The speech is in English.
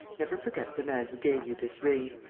never forget the man who gave you this ring.